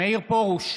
מאיר פרוש,